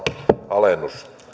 alennus